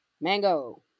Mango